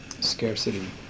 scarcity